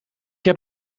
heb